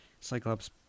Cyclops